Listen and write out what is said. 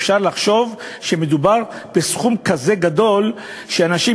אפשר לחשוב שמדובר בסכום כזה גדול שאנשים,